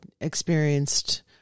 experienced